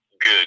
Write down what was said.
Good